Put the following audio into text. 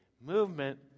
Movement